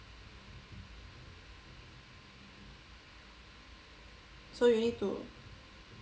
so you need to